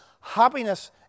Happiness